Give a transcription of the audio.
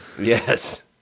Yes